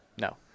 No